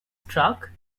struck